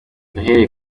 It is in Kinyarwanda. yahereye